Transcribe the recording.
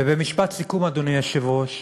ובמשפט סיכום, אדוני היושב-ראש,